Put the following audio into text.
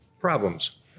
problems